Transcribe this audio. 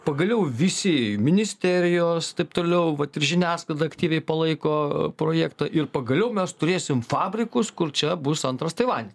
pagaliau visi ministerijos taip toliau vat ir žiniasklaida aktyviai palaiko projektą ir pagaliau mes turėsim fabrikus kur čia bus antras tailande